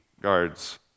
guards